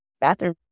bathroom